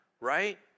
right